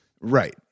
Right